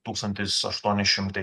tūkstantis aštuoni šimtai